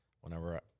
whenever